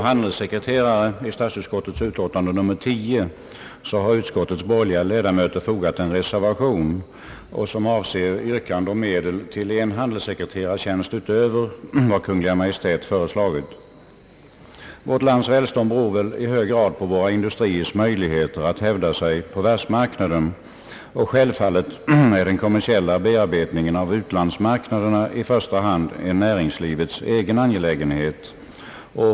Herr talman! Till denna punkt har utskottets borgerliga ledamöter fogat en reservation, som avser anvisande av medel till en handelssekreterartjänst utöver vad Kungl. Maj:t föreslagit. Vårt lands välstånd beror i hög grad på våra industriers möjlighet att hävda sig på världsmarknaden. Självfallet är den kommersiella bearbetningen av utlandsmarknaderna i första hand en näringslivets egen angelägenhet.